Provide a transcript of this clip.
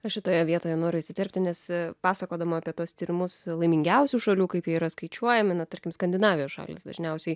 aš šitoje vietoje noriu įsiterpti nes pasakodama apie tuos tyrimus laimingiausių šalių kaip jie yra skaičiuojami na tarkim skandinavijos šalys dažniausiai